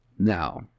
Now